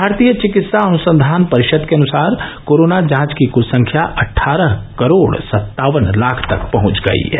भारतीय चिकित्सा अनुसंघान परिषद के अनुसार कोरोना जांच की क्ल संख्या अट्ठारह करोड़ सत्तावन लाख तक पहंच गई है